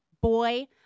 boy